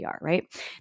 right